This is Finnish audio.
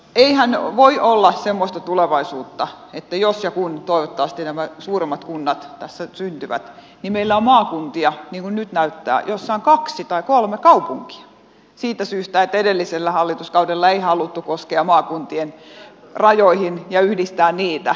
eihän voi olla semmoista tulevaisuutta että jos ja kun toivottavasti nämä suuremmat kunnat tässä syntyvät niin meillä on maakuntia niin kuin nyt näyttää joissa on kaksi tai kolme kaupunkia siitä syystä että edellisellä hallituskaudella ei haluttu koskea maakuntien rajoihin ja yhdistää niitä